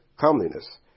comeliness